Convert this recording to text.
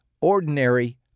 ordinary